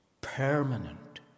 permanent